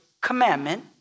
commandment